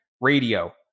radio